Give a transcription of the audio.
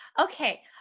Okay